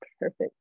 perfect